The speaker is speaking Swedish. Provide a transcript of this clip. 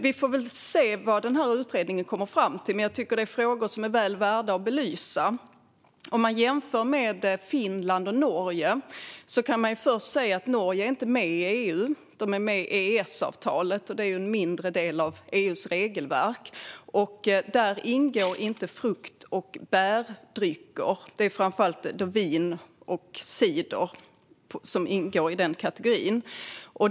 Vi får se vad utredningen kommer fram till, men det är frågor som är väl värda att belysa. Vad gäller jämförelsen med Norge: Norge är inte med i EU. De är med i EES-avtalet, vilket omfattar en mindre del av EU:s regelverk. Här ingår inte frukt och bärdrycker, alltså framför allt vin och cider.